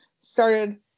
started